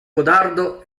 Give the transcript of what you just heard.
codardo